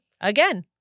again